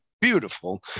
beautiful